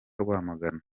rwamagana